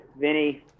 Vinny